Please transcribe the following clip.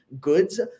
goods